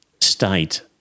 state